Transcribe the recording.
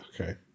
Okay